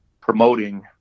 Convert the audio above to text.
promoting